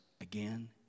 again